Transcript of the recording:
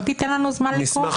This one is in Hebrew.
לא תיתן לנו זמן לקרוא?